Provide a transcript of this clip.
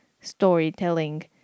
storytelling